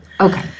Okay